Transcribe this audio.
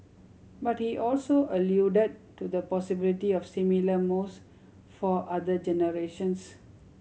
but he also alluded to the possibility of similar moves for other generations